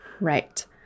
Right